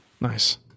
Nice